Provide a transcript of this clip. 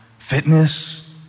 fitness